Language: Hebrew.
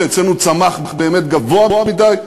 שאצלנו צמח באמת גבוה מדי,